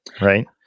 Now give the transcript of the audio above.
right